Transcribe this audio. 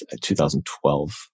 2012